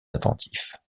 attentif